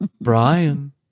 Brian